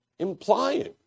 implying